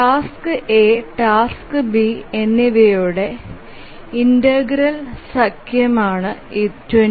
task A task B എന്നിവയുടെ integral സംഖ്യയാണ് 24